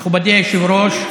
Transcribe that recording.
מכובדי היושב-ראש,